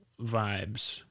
vibes